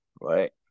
right